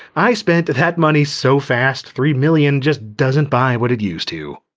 i spent that that money so fast, three million just doesn't buy what it used to.